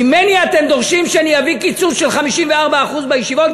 ממני אתם דורשים שאביא קיצוץ של 54% בישיבות,